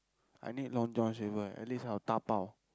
I need Long-John-Silvers at least I'll dabao